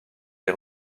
les